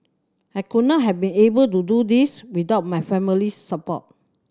I could not have been able to do this without my family's support